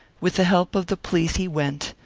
with the help of the police he went,